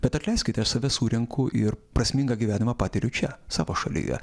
bet atleiskite aš save surenku ir prasmingą gyvenimą patiriu čia savo šalyje